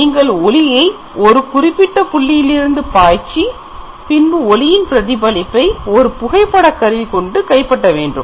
நீங்கள் ஒளியை ஒரு குறிப்பிட்ட புள்ளியிலிருந்து பாய்ச்சி பின்பு ஒளியின் பிரதிபலிப்பை ஒரு புகைப்பட கருவி போன்று கைப்பற்றவேண்டும்